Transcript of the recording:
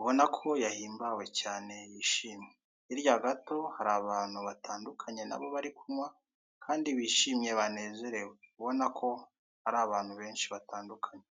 Ubona ko yahimbawe cyane yishimye. Hirya gato hari abantu batandukanye nabo barikunywa kandi bishimye banezerewe ubona ko ari abantu benshi batandukanye.